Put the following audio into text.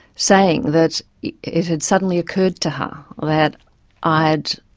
saying that it had suddenly occurred to her that i'd,